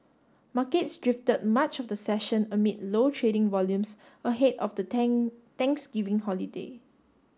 markets drifted much of the session amid low trading volumes ahead of the Thanksgiving holiday